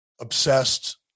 obsessed